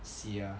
C R